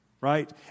right